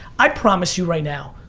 i promise you right now,